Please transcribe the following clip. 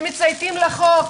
שמצייתים לחוק,